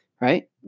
Right